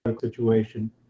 situation